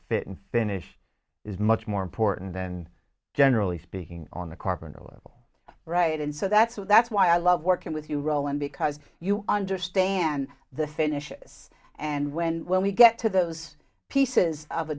fit and finish is much more important then generally speaking on the carpenter level right and so that's what that's why i love working with you roland because you understand the finishes and when we get to those pieces of a